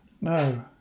no